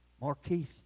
Marquis